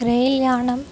रैल्यानम्